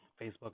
Facebook